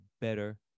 better